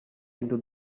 into